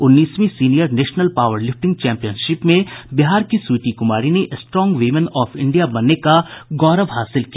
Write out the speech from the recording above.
उन्नीसवीं senior national power lifting championship में बिहार की स्वीटी कुमारी ने स्ट्रांग वीमेन ऑफ इंडिया बनने का गौरव हासिल किया